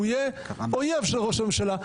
הוא יהיה אויב של ראש הממשלה,